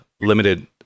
limited